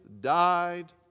died